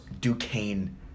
Duquesne